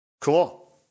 Cool